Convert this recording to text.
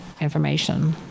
information